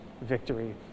victory